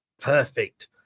Perfect